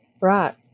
Right